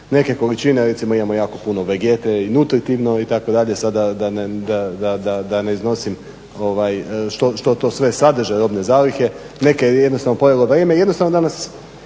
neke količine recimo imamo jako puno vegete i nutritivno itd. sad da ne iznosim što to sve sadrže robne zalihe, neke jednostavno pojelo vrijeme. Jednostavno danas